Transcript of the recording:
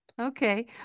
Okay